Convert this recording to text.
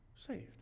Saved